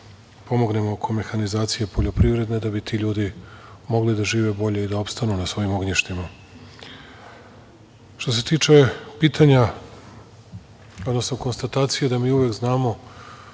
da pomognemo oko mehanizacije poljoprivredne da bi ti ljudi mogli da žive bolje i da opstanu na svojim ognjištima. Što se tiče pitanja, odnosno konstatacije da mi uvek znamo